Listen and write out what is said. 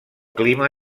clima